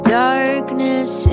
darkness